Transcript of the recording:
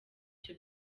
cyo